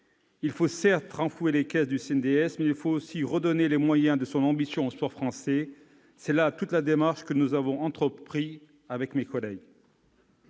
Il faut certes renflouer les caisses du CNDS, mais aussi redonner les moyens de son ambition au sport français. C'est là toute la démarche que nous avons entreprise avec nos collègues.